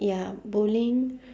ya bowling